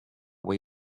way